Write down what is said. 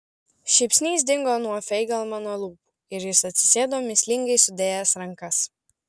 šypsnys dingo nuo feigelmano lūpų ir jis atsisėdo mįslingai sudėjęs rankas